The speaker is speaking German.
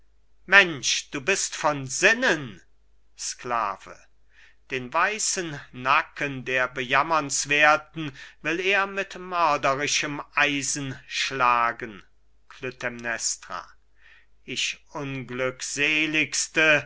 mensch du bist von sinnen sklave den weißen nacken der bejammernswerthen will er mit mörderischem eisen schlagen klytämnestra ich unglückseligste